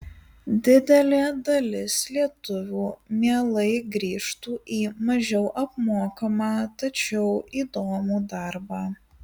didelė dalis lietuvių mielai grįžtų į mažiau apmokamą tačiau įdomų darbą